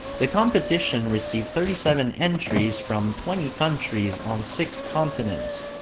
the competition received thirty seven entries from twenty countries on six continents.